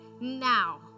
now